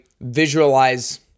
visualize